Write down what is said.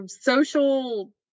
social